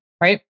right